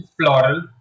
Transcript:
plural